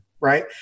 right